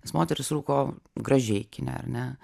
nes moterys rūko gražiai kine ar ne